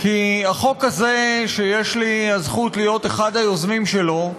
כי החוק הזה, שיש לי הזכות להיות אחד היוזמים שלו,